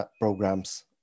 programs